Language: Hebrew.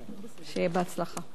שיהיה בהצלחה.